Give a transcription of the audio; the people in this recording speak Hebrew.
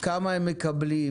כמה הם מקבלים?